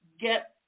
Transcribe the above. get